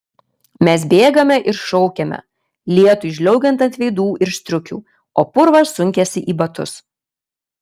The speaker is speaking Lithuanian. mes bėgame ir šaukiame lietui žliaugiant ant veidų ir striukių o purvas sunkiasi į batus